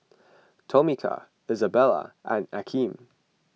Tomika Isabella and Akeem